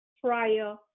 prior